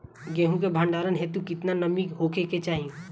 गेहूं के भंडारन हेतू कितना नमी होखे के चाहि?